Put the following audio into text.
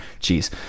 Jeez